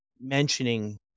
mentioning